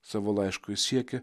savo laišku jis siekė